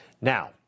Now